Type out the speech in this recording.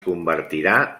convertirà